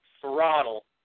throttle